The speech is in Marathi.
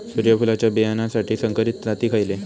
सूर्यफुलाच्या बियानासाठी संकरित जाती खयले?